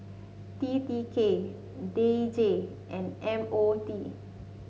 T T K D J and M O T